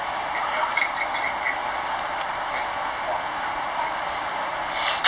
and then you click click click then !wah!